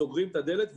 סוגרים את הדלת,